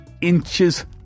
inches